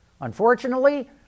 unfortunately